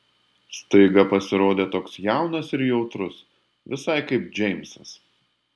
staiga pasirodė toks jaunas ir jautrus visai kaip džeimsas